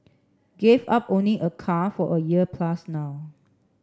gave up owning a car for a year plus now